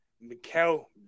Mikel